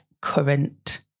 current